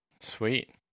sweet